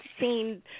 seen